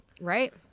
right